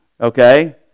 okay